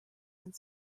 and